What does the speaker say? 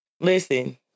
Listen